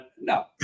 No